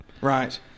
Right